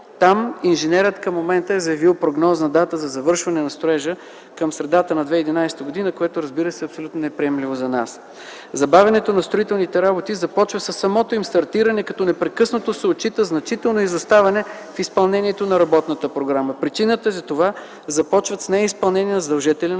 Инженерът към момента е заявил прогнозна дата за завършване на строежа към средата на 2011 г., което е абсолютно неприемливо за нас. Забавянето на строителните работи започва със самото им стартиране, като непрекъснато се отчита значително изоставане в изпълнение на работната програма. Причините за това започват с неизпълнение на задължения на